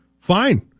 fine